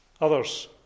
Others